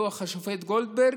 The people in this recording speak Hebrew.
דוח השופט גולדברג,